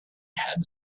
had